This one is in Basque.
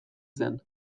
zen